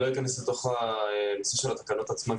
לא אכנס לתוך התקנות עצמן,